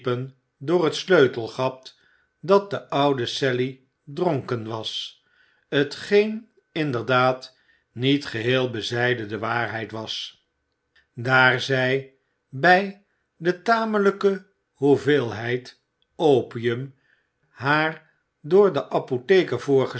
door het sleutelgat dat de oude sally dronken was t geen inderdaad niet geheel bezijden de waarheid was daar zij bij de tamelijke hoeveelheid opium haar door den apotheker